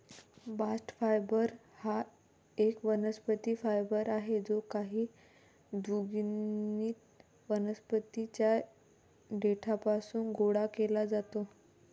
bast fibre हा एक वनस्पती फायबर आहे जो काही द्विगुणित वनस्पतीं च्या देठापासून गोळा केला जातो